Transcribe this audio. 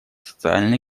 социально